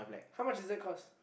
how much does that cost